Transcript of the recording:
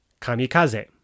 kamikaze